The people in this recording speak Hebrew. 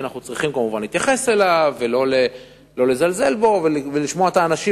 שאנחנו צריכים כמובן להתייחס אליו ולא לזלזל בו ולשמוע את האנשים,